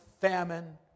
famine